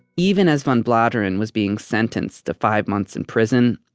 even as van bladeren was being sentenced to five months in prison,